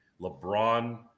LeBron